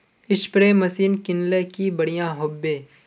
Spray machine किनले की बढ़िया होबवे?